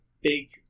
big